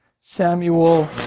Samuel